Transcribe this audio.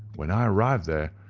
when i arrived there,